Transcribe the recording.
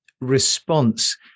response